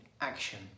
action